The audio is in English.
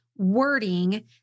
wording